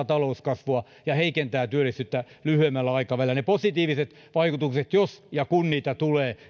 talouskasvua ja heikentää työllisyyttä lyhyemmällä aikavälillä ne positiiviset vaikutukset jos ja kun niitä tulee